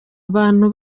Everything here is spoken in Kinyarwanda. abantu